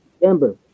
December